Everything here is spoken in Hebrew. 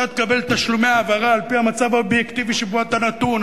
אתה תקבל תשלומי העברה על-פי המצב האובייקטיבי שבו אתה נתון.